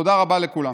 תודה רבה לכולם.